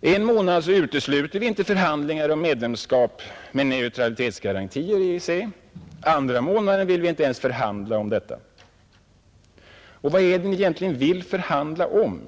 Ena månaden utesluter ni inte förhandlingar om medlemskap med neutralitetsgarantier i EEC. Andra månaden vill ni inte ens förhandla om detta. Och vad är det då ni vill förhandla om?